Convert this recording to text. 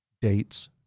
dates